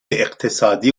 اقتصادی